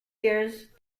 years